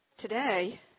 Today